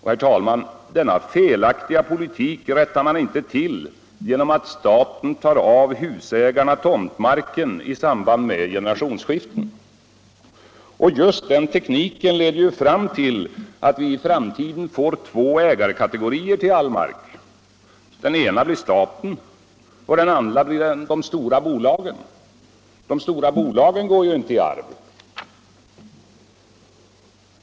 Herr talman! Denna felaktiga politik rättar man inte till genom att staten tar av husägarna tomtmarken i samband med generationsskiften. Just den tekniken leder ju fram till att vi i framtiden får två kategorier ägare till all mark. Den ena blir staten och den andra de stora bolagen. De stora bolagen går ju inte i arv.